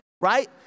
right